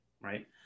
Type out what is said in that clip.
right